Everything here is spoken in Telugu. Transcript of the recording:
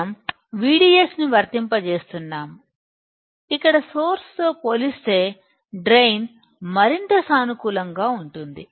మనం VDS ను వర్తింపజేస్తున్నాము ఇక్కడ సోర్స్ తో పోలిస్తే డ్రైన్ మరింత సానుకూలంగా ఉంటుంది